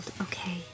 okay